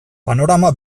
panorama